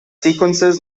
sequences